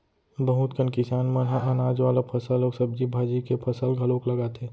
बहुत कन किसान मन ह अनाज वाला फसल अउ सब्जी भाजी के फसल घलोक लगाथे